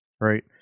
right